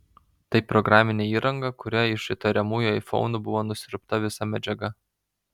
tai programinė įranga kuria iš įtariamųjų aifonų buvo nusiurbta visa medžiaga